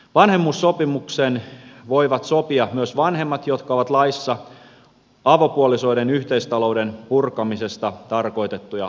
vanhemmuussopimuksen voivat sopia myös vanhemmat jotka ovat laissa avopuolisoiden yhteistalouden purkamisesta tarkoitettuja avopuolisoita